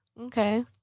Okay